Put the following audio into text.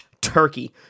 Turkey